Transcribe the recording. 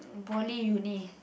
in poly uni